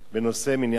אדוני היושב-ראש,